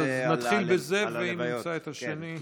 נתחיל בזה, ואם נמצא את השני,